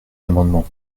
amendements